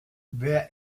wer